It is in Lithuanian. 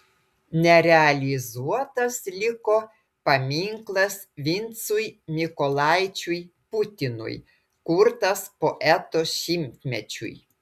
nerealizuotas liko paminklas vincui mykolaičiui putinui kurtas poeto šimtmečiui